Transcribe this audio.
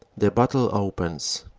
the battle opens